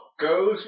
goes